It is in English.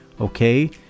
okay